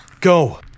Go